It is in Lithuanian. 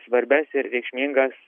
svarbias ir reikšmingas